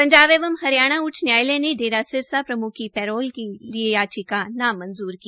पंजाब एवं हरियाणा उच्च न्यायालय ने डेरा सिरसा प्रम्ख की पैरोल के लिए याचिका नामंजूर की